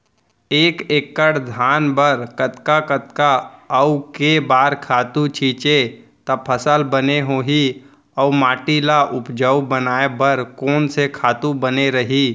एक एक्कड़ धान बर कतका कतका अऊ के बार खातू छिंचे त फसल बने होही अऊ माटी ल उपजाऊ बनाए बर कोन से खातू बने रही?